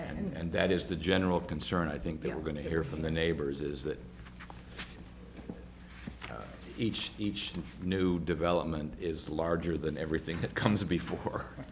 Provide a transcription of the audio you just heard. three and that is the general concern i think they are going to hear from the neighbors is that each each new development is larger than everything that comes before